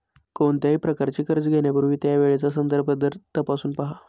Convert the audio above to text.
कोणत्याही प्रकारचे कर्ज घेण्यापूर्वी त्यावेळचा संदर्भ दर तपासून पहा